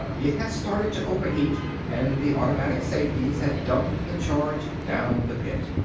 it had started to overheat and the automatic safeties had dumped the charge down the pit.